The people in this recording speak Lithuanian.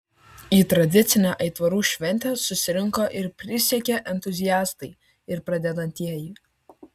į tradicinę aitvarų šventę susirinko ir prisiekę entuziastai ir pradedantieji